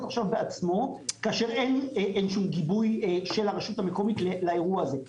בעצמו כאשר אין שום גיבוי של הרשות המקומית לאירוע הזה.